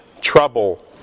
trouble